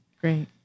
Great